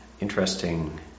interesting